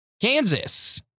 Kansas